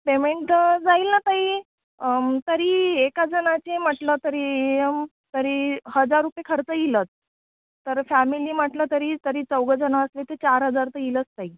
payment जाईल ना ताई तरी एका जणाची म्हटलं तरी यम तरी हजार रुपये खर्च येईलच तर फ्यॅमिली म्हटलं तरी तरी चौघं जणं असली तरी चार हजार तर येईलच ताई